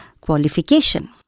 qualification